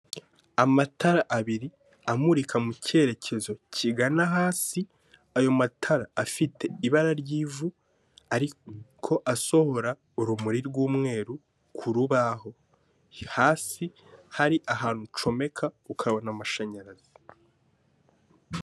Amatara abiri amurika mu icyerekezo kigana hasi, ayo matara afite ibara ry'ivu ariko asohora urumuri rw'umweru ku rubaho, hasi hari ahantu ucomeka ukabona amashanyarazi.